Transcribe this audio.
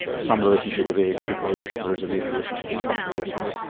some relationship with age, because there is a major relationship tucked in there somewhere,